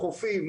חופים,